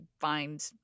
find